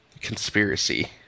conspiracy